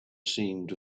seemed